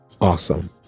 awesome